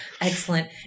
Excellent